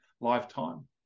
lifetime